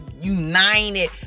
united